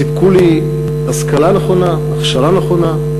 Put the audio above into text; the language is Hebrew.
הם סיפקו לי השכלה נכונה, הכשרה נכונה,